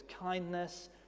kindness